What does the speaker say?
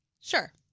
Sure